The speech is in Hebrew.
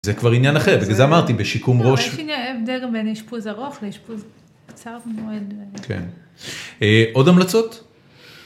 זה כבר עניין אחר, בגלל זה אמרתי, בשיקום ראש. אבל יש הבדל בין אשפוז ארוך לאשפוז קצר מועד. כן. עוד המלצות?